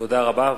תודה רבה.